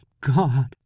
god